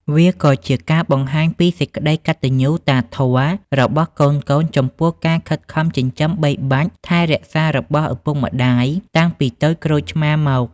វាក៏ជាការបង្ហាញពីសេចក្ដីកតញ្ញូតាធម៌របស់កូនៗ ចំពោះការខិតខំចិញ្ចឹមបីបាច់ថែរក្សារបស់ឪពុកម្ដាយតាំងពីតូចក្រូចឆ្មារមក។